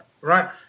right